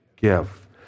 Give